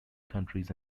countries